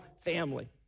family